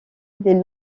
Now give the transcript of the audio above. des